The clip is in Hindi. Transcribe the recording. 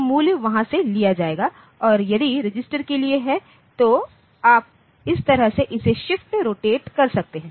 तो मूल्य वहाँ से लिया जाएगा और यदि रजिस्टर के लिए है तो आप इस तरह से इसे शिफ्ट रोटेट कर सकते हैं